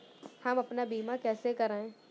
हम अपना बीमा कैसे कराए?